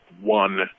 one